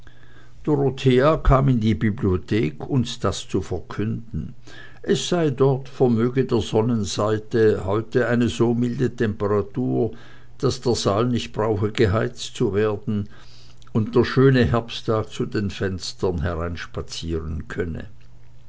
dorothea kam in die bibliothek uns das zu verkünden es sei dort vermöge der sonnenseite heute eine so milde temperatur daß der saal nicht brauche geheizt zu werden und der schöne herbsttag zu den fenstern hereinspazieren könne